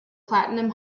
platinum